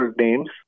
names